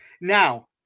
now